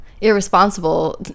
irresponsible